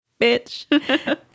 bitch